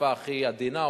בשפה הכי עדינה,